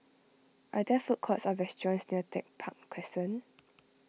are there food courts or restaurants near Tech Park Crescent